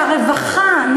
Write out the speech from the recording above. שהרווחה,